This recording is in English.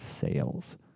sales